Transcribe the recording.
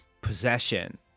possession